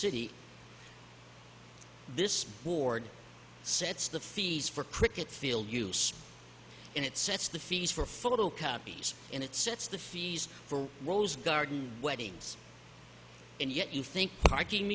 city this board sets the fees for cricket field use and it sets the fees for photocopies and it sets the fees for rose garden weddings and yet you think parking